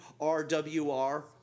R-W-R